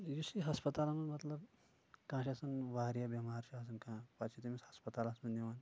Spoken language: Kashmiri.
یُس یہِ ہسپتالن منٛز مطلب کانٛہہ چھُ آسان واریاہ بٮ۪مار چھُ آسان کانٛہہ پتہٕ چھِ تٔمِس ہسپتالس منٛز نِوان